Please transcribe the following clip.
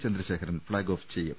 ചന്ദ്രശേ Kharan flag off ചെയ്തു